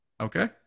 Okay